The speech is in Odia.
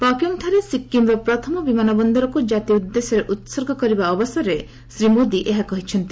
ପାକ୍ୟୋଙ୍ଗ୍ଠାରେ ସିକ୍କିମ୍ର ପ୍ରଥମ ବିମାନ ବନ୍ଦରକୁ ଜାତି ଉଦ୍ଦେଶ୍ରରେ ଉତ୍ସର୍ଗ କରିବା ଅବସରରେ ଶ୍ରୀ ମୋଦି ଏହା କହିଛନ୍ତି